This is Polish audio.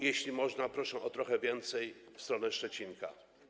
Jeśli można, proszę o trochę więcej w stronę Szczecinka.